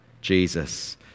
Jesus